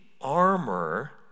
armor